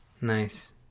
Nice